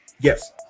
Yes